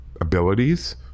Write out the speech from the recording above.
abilities